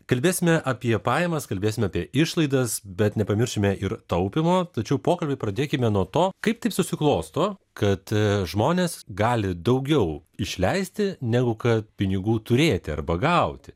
kalbėsime apie pajamas kalbėsime apie išlaidas bet nepamiršime ir taupymo tačiau pokalbį pradėkime nuo to kaip taip susiklosto kad žmonės gali daugiau išleisti negu kad pinigų turėti arba gauti